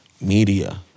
Media